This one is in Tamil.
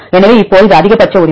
எனவே இப்போது இது அதிகபட்ச உரிமை